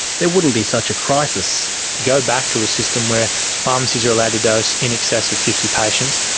there wouldn't be such a crisis. go back to a system where pharmacies are allowed to dose in excess of fifty patients,